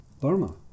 Burma